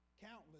Countless